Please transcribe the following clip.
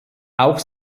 auch